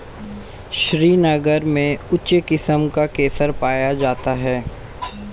श्रीनगर में उच्च किस्म का केसर पाया जाता है